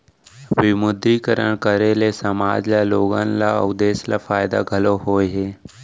विमुद्रीकरन करे ले समाज ल लोगन ल अउ देस ल फायदा घलौ होय हे